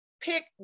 pick